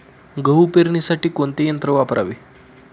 गहू पेरणीसाठी कोणते यंत्र वापरावे?